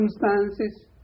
circumstances